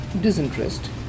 disinterest